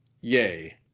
Yea